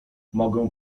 mogę